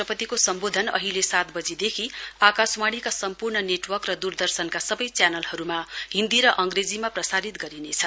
राष्ट्रपतिको सम्बोधन अहिले सातबजीदेखि आकाशवाणीका सम्पूर्ण नेटवर्क र द्रदर्शनका सबै च्यानलहरूमा हिन्दी र अग्रेजीमा प्रसारित गरिनेछ